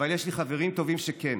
אבל יש לי חברים טובים שכן.